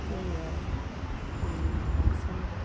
त्यही हो पानीमा राख्छ